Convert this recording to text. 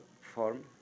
form